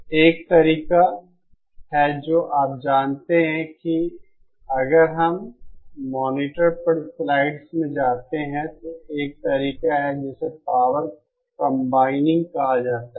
तो एक तरीका है जो आप जानते हैं कि अगर हम मॉनिटर पर स्लाइड्स में जाते हैं तो एक तरीका है जिसे पावर कंबाइनिंग कहा जाता है